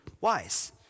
wise